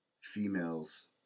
females